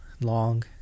long